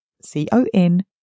C-O-N